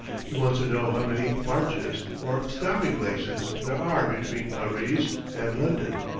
he wants to know how many marches, or stopping-places, there are between karize and london.